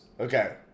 okay